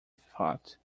thought